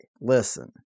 listen